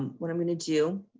what i'm going to do,